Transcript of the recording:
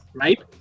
right